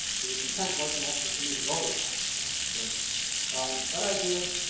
his intent wasn't actually for me to go to lasp, though. so but i did.